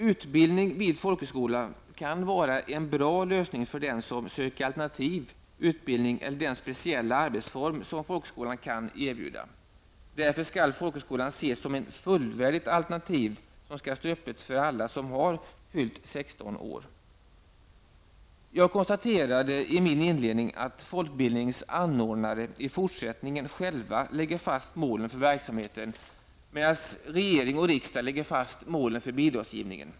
Utbildning vid folkhögskola kan vara en bra lösning för den som söker alternativ utbildning eller den speciella arbetsform som folkhögskolan kan erbjuda. Därför skall folkhögskolan ses som ett fullvärdigt alternativ, som skall stå öppet för alla som har fyllt 16 år. Jag konstaterade i min inledning att folkbildningens anordnare i fortsättningen själva lägger fast målen för verksamheten, medan regering och riksdag lägger fast målen för bidragsgivningen.